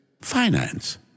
Finance